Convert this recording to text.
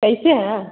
कैसे हैं